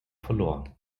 verloren